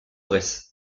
bresse